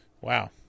Wow